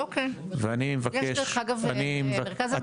ואני מבקש --- יש דרך אגב --- את